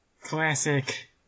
Classic